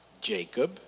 Jacob